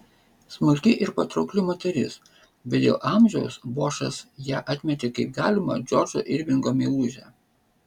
smulki ir patraukli moteris bet dėl amžiaus bošas ją atmetė kaip galimą džordžo irvingo meilužę